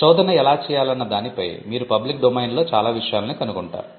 శోధన ఎలా చేయాలన్న దానిపై మీరు పబ్లిక్ డొమైన్లో చాలా విషయాల్ని కనుగొంటారు